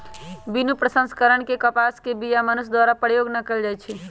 बिनु प्रसंस्करण के कपास के बीया मनुष्य द्वारा प्रयोग न कएल जाइ छइ